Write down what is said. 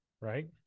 right